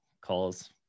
calls